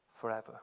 forever